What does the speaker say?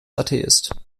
atheist